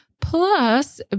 plus